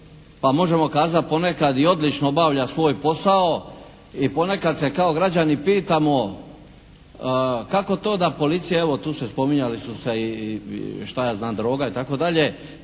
pa možemo kazati ponekad i odlično obavlja svoj posao i ponekad se kao građani pitamo kako to da Policija evo, tu se spominjali su se i šta ja znam droga itd.,